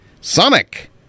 Sonic